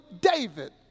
David